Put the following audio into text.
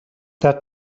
that